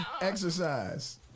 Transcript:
exercise